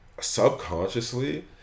subconsciously